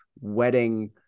wedding